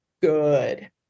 good